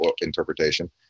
interpretation